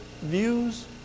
views